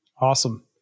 Awesome